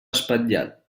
espatllat